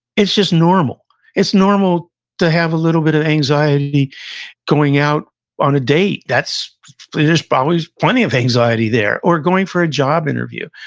it's just normal. it's normal to have a little bit of anxiety going out on a date, there's probably plenty of anxiety there. or, going for a job interview.